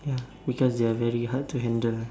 because they are very hard to handle